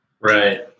right